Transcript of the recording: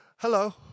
Hello